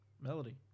melody